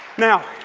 now,